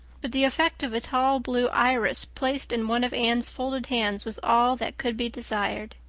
but the effect of a tall blue iris placed in one of anne's folded hands was all that could be desired.